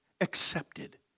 accepted